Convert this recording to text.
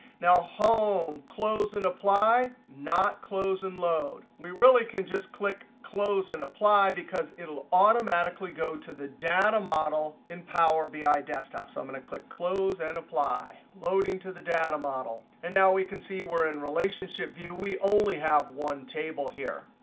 now home, close and apply, not close and load. we really can just click close and apply, because it will automatically go to the data model in power bi desktop. so i'm going to click close and apply. loading to the data model. and now we can see we're in relationship view. we only have one table here.